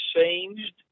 changed